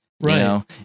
Right